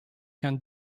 can